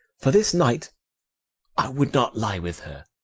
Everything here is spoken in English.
for this night i would not lie with her,